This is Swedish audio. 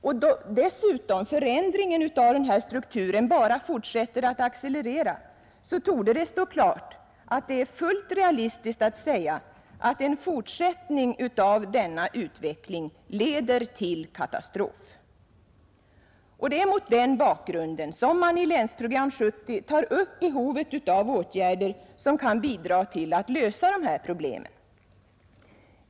Och då dessutom förändringen av denna struktur bara fortsätter att accelerera, så torde stå klart att det är fullt realistiskt att säga att en fortsättning av denna utveckling leder till katastrof. Det är mot den bakgrunden som man i Länsprogram 1970 tar upp behovet av åtgärder som kan bidra till att lösa problemen.